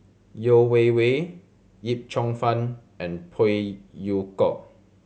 Yeo Wei Wei Yip Cheong Fun and Phey Yew Kok